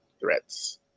threats